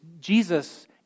Jesus